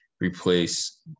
replace